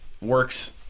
works